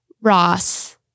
Ross